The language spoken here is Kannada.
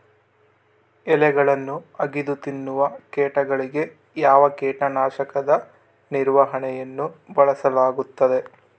ಎಲೆಗಳನ್ನು ಅಗಿದು ತಿನ್ನುವ ಕೇಟಗಳಿಗೆ ಯಾವ ಕೇಟನಾಶಕದ ನಿರ್ವಹಣೆಯನ್ನು ಬಳಸಲಾಗುತ್ತದೆ?